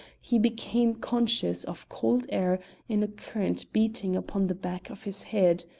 he became conscious of cold air in a current beating upon the back of his head.